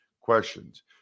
questions